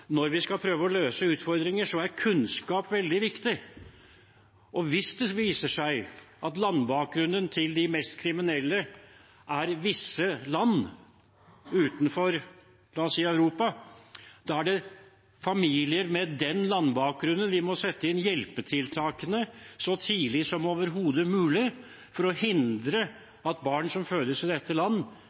når vi skal prøve å løse utfordringer, er kunnskap veldig viktig. Hvis det viser seg at landbakgrunnen til de mest kriminelle er visse land, la oss si utenfor Europa, er det i familier med slik landbakgrunn vi må sette inn hjelpetiltakene så tidlig som overhodet mulig for å hindre at barn som fødes i dette land,